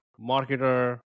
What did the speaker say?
marketer